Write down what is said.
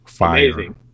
amazing